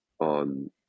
on